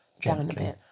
gently